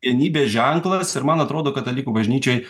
vienybės ženklas ir man atrodo katalikų bažnyčioj